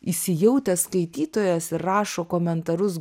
įsijautęs skaitytojas ir rašo komentarus